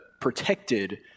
protected